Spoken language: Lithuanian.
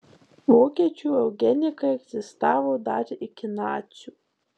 vokiečių eugenika egzistavo dar iki nacių